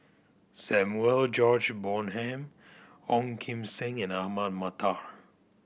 Samuel George Bonham Ong Kim Seng and Ahmad Mattar